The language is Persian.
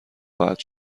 خواهد